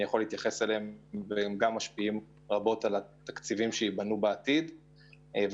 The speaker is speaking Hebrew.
הנושאים הללו משפיעים על התקציב העתידי